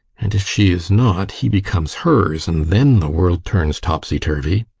and if she is not, he becomes hers, and then the world turns topsy-turvy.